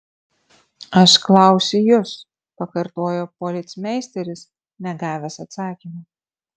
aš klausiu jus pakartojo policmeisteris negavęs atsakymo